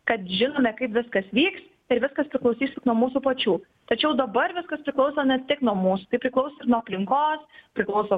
kad žinome kaip viskas vyks ir viskas priklausys tik nuo mūsų pačių tačiau dabar viskas priklauso ne tik nuo mūsų tai priklauso ir nuo aplinkos priklauso